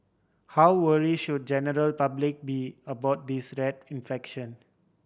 how worry should general public be about this rat infection